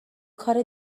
کار